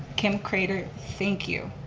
kim craitor, thank you